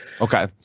okay